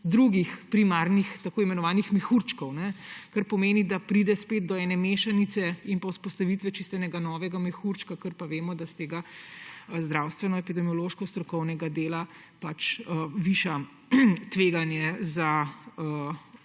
drugih primarnih tako imenovanih mehurčkov, kar pomeni, da pride spet do ene mešanice in vzpostavitve enega čisto novega mehurčka, kar pa, vemo, s tega zdravstveno-epidemiološko-strokovnega dela viša tveganje za okužbe.